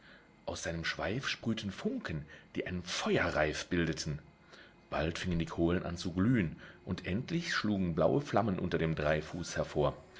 aus seinem schweif sprühten funken die einen feuerreif bildeten bald fingen die kohlen an zu glühen und endlich schlugen blaue flammen unter dem dreifuß hervor